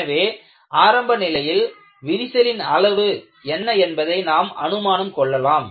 எனவே ஆரம்ப நிலையில் விரிசலின் அளவு என்ன என்பதை நாம் அனுமானம் கொள்ளலாம்